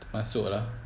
termasuk lah